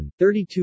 32%